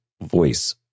voice